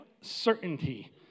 certainty